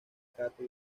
desató